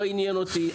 לא עניין אותי,